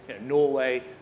Norway